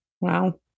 Wow